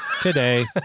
today